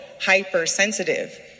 hypersensitive